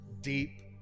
deep